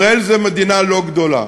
ישראל זו מדינה לא גדולה,